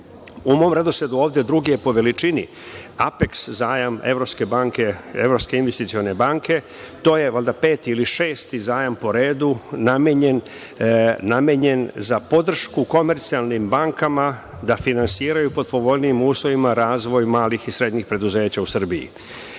mom redosledu ovde drugi je po veličini, Apeks zajam Evropske investicione banke. To je peti ili šesti zajam po redu namenjen za podršku komercijalnim bankama da finansiraju pod povoljnijim uslovima razvoj malih i srednjih preduzeća u Srbiji. Agent